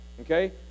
Okay